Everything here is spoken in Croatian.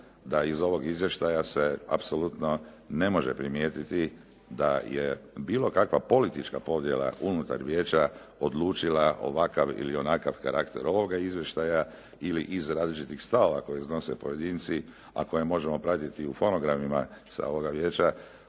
da iz ovog izvještaja se apsolutno ne može primijetiti da je bilo kakva politička podjela unutar vijeća odlučila ovakav ili onakav karakter ovoga izvještaja ili iz različitih stavova koje iznose pojedinci a koje možemo pratiti u fonogramima sa ovoga vijeća